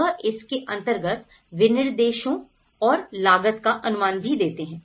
वह इसके अंतर्गत विनिर्देशों और लागत का अनुमान भी देते हैं